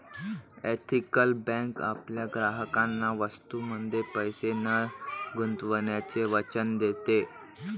ethical bank आपल्या ग्राहकांना वस्तूंमध्ये पैसे न गुंतवण्याचे वचन देते